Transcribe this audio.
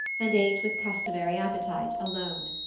and ate with customary appetite, alone.